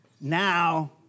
Now